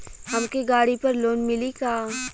हमके गाड़ी पर लोन मिली का?